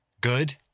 good